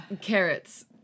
Carrots